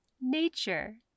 nature